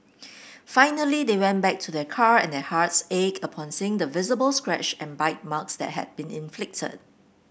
finally they went back to their car and their hearts ached upon seeing the visible scratch and bite marks that had been inflicted